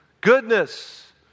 goodness